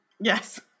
Yes